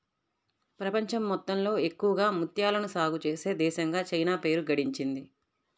ప్రపంచం మొత్తంలో ఎక్కువగా ముత్యాలను సాగే చేసే దేశంగా చైనా పేరు గడించింది